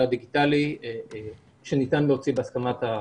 דיגיטלי שניתן להוציא בהסכמת הלקוח.